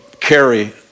carry